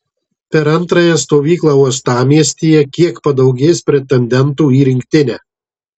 per antrąją stovyklą uostamiestyje kiek padaugės pretendentų į rinktinę